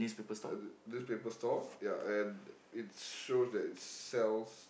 uh newspaper store ya and it shows that it sells